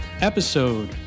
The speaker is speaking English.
episode